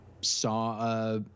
saw